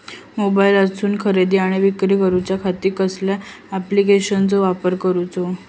मोबाईलातसून खरेदी आणि विक्री करूच्या खाती कसल्या ॲप्लिकेशनाचो वापर करूचो?